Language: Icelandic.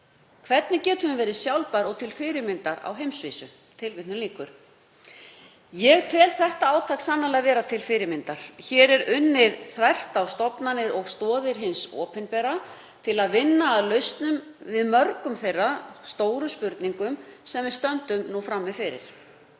Hvernig getum við verið sjálfbær og til fyrirmyndar á heimsvísu?“ Ég tel þetta átak sannarlega vera til fyrirmyndar. Hér er unnið þvert á stofnanir og stoðir hins opinbera til að vinna að lausnum á mörgum þeirra stóru spurninga sem við stöndum nú frammi fyrir.